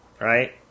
right